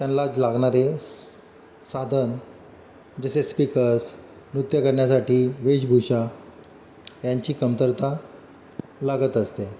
त्यांना लागणारे साधन जसे स्पीकर्स नृत्य करण्यासाठी वेशभूषा यांची कमतरता लागत असते